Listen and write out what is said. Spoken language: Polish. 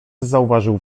zauważył